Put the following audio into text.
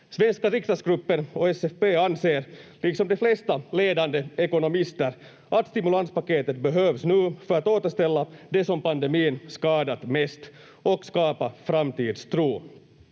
Svenska riksdagsgruppen och SFP anser, liksom de flesta ledande ekonomister, att stimulanspaketet behövs nu för att återställa det som pandemin skadat mest och skapa framtidstro.